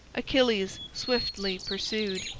achilles swiftly pursued.